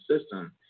system